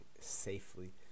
safely